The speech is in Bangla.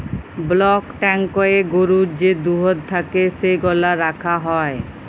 ব্লক ট্যাংকয়ে গরুর যে দুহুদ থ্যাকে সেগলা রাখা হ্যয়